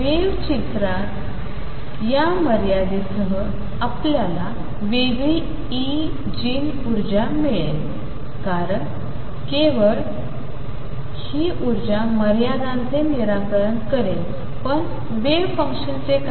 wave चित्रात या मर्यादेसह आपल्याला वेगळी ईगीन उर्जा मिळेल कारण केवळ हि उर्जाच मर्यादांचे निराकरण करेल पण वेव्ह फंक्शनचे काय